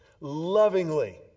lovingly